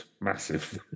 massive